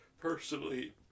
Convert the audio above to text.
personally